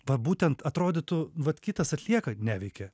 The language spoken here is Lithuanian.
va būtent atrodytų vat kitas atlieka neveikia